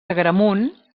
agramunt